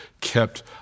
kept